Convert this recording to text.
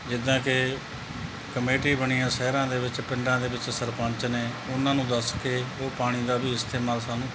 ਜਿੱਦਾਂ ਕਿ ਕਮੇਟੀ ਬਣੀ ਆ ਸ਼ਹਿਰਾਂ ਦੇ ਵਿੱਚ ਪਿੰਡਾਂ ਦੇ ਵਿੱਚ ਸਰਪੰਚ ਨੇ ਉਹਨਾਂ ਨੂੰ ਦੱਸ ਕੇ ਉਹ ਪਾਣੀ ਦਾ ਵੀ ਇਸਤੇਮਾਲ ਸਾਨੂੰ